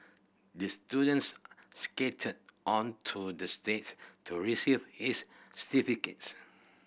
the students skated onto the stages to receive his certificates